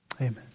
Amen